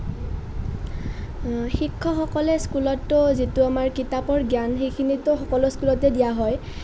শিক্ষকসকলেটো স্কুলত আমাৰ যিটো কিতাপৰ জ্ঞান সেইখিনিটো সকলো স্কুলতে দিয়া হয়